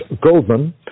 Goldman